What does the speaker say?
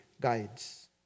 guides